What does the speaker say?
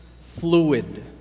fluid